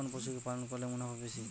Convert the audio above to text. কোন পশু কে পালন করলে মুনাফা বেশি?